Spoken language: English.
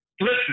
Listen